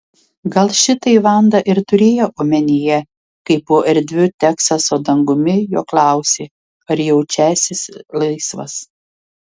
gal šitai vanda ir turėjo omenyje kai po erdviu teksaso dangumi jo klausė ar jaučiąsis laisvas